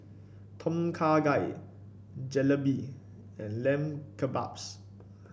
Tom Kha Gai Jalebi and Lamb Kebabs